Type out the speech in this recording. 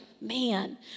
Man